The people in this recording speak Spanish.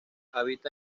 habita